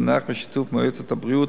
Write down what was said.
ונערך בשיתוף מועצת הבריאות,